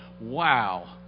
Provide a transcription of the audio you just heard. wow